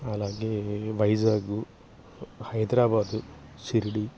అలాగే వైజాగ్ హైదరాబాదు షిరిడి